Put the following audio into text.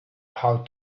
how